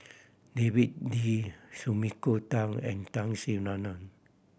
David Lee Sumiko Tan and Tun Sri Lanang